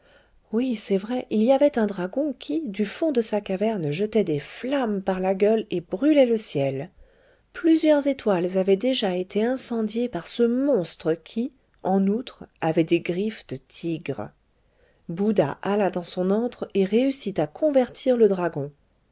oui c'est vrai il y avait un dragon qui du fond de sa caverne jetait des flammes par la gueule et brûlait le ciel plusieurs étoiles avaient déjà été incendiées par ce monstre qui en outre avait des griffes de tigre bouddha alla dans son antre et réussit à convertir le dragon